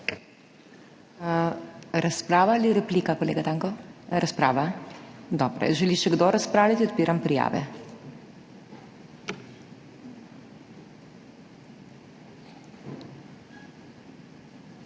Razprava ali replika, kolega Tanko? Razprava. Dobro. Želi še kdo razpravljati? (Da.) Odpiram prijave.